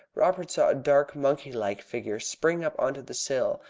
robert saw a dark monkey-like figure spring up on to the sill,